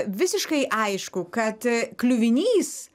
visiškai aišku kad kliuvinys